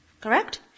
correct